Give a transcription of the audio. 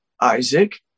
Isaac